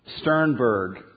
Sternberg